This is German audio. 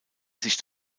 sich